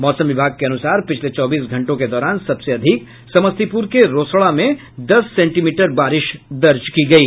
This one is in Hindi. मौसम विभाग के अनुसार पिछले चौबीस घंटों के दौरान सबसे अधिक समस्तीपुर के रोसड़ा में दस सेंटीमीटर बारिश दर्ज की गयी